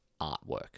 artwork